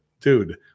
dude